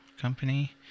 company